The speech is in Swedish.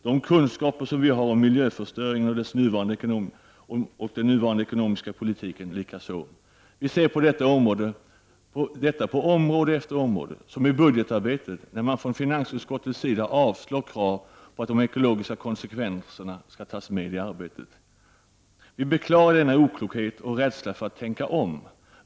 De kunskaper som vi har om miljöförstöringen och den nuvarande ekonomiska politiken likaså. Vi ser detta på område efter område, som i budgetarbetet när man från finansutskottets sida avstyrker krav på att de ekologiska konsekvenserna skall tas med i arbetet. Vi beklagar denna oklokhet och rädsla för att tänka om.